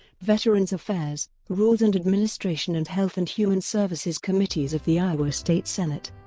veterans affairs, rules and administration and health and human services committees of the iowa state senate.